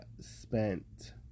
spent